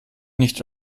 nicht